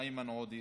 איימן עודה,